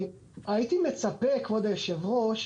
כבוד היושב-ראש,